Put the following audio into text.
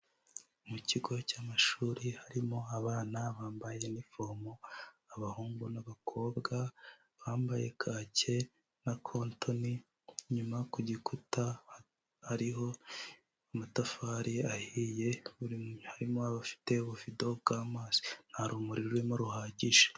Mu kigo cy'amashuri harimo abana bambaye inifomo abahungu n'abakobwa bambaye kacye na kotoni, inyuma ku gikuta hariho amatafari ahiye, harima ufite ububido bw'amazi. Nta rumuri rurimo ruhagije.